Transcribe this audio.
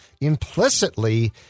implicitly